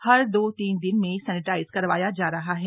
हर दो तीन दिन में सैनिटाइज करवाया जा रहा है